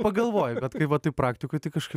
pagalvoji bet kai va taip praktikoj tai kažkaip